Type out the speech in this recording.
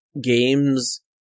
games